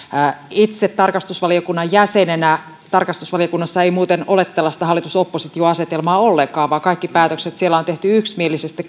itse tarkastusvaliokunnan jäsenenä tarkastusvaliokunnassa ei muuten ole tällaista hallitus oppositio asetelmaa ollenkaan vaan kaikki päätökset kaikki linjaukset siellä on tehty yksimielisesti